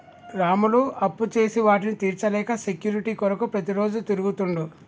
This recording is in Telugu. రాములు అప్పుచేసి వాటిని తీర్చలేక సెక్యూరిటీ కొరకు ప్రతిరోజు తిరుగుతుండు